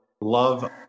love